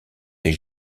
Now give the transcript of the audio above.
ses